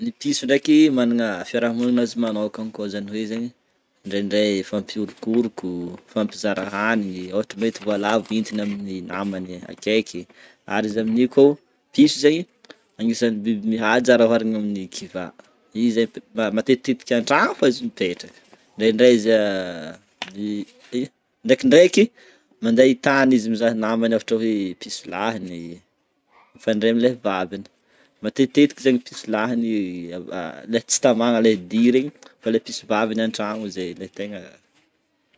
Ny piso ndreka managna ny fiarahamonina azy manokagna koa zany hoe zany indrendre mifampiorokoko mifampizara hanigny ôhatra hoe voalavo hoentiny amin'ny namagny akeky. Ary izy amin'io koa piso zegny anisany biby mihaja ra hoarina amin'ny kivà izy zany matetiky andragno fogna izy io mipetra indraindray izy indrekindreky mandeha hitany izy mizaha namany mifandray amin'ny namagny ôhatra hoe piso lahany mifandray amin'ny vaviny, matetitetike zegny piso lahany le tsy tamagna le dia regny fa piso vaviny le antragno le tegna.